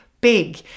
big